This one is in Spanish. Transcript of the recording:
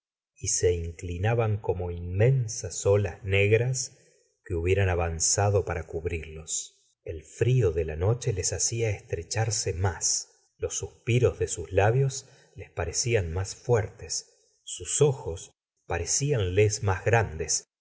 y se inclinaban como inmensas olas negras que hubieran avanzado para cubrirlos el frío de la noche les hacia estrecharse más los suspiros de sus labios les parecían más fuertes sus ojos que apenas veían parecíanles más grandes